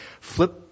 flip